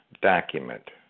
document